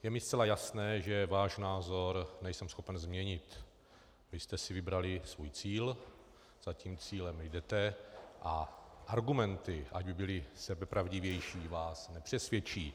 Je mi zcela jasné, že váš názor nejsem schopen změnit, vy jste si vybrali svůj cíl, za tím cílem jdete a argumenty, ať by byly sebepravdivější, vás nepřesvědčí.